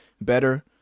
better